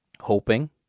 hoping